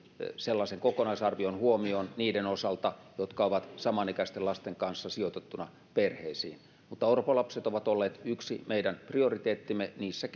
sellaisen kokonaisarvion huomioon niiden osalta jotka ovat samanikäisten lasten kanssa sijoitettuna perheisiin mutta orpolapset ovat olleet yksi meidän prioriteettimme niissä